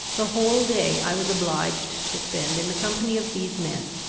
the whole day i was obliged to spend in the company of these men,